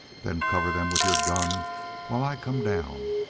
then cover them with your gun while i come down.